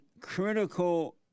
critical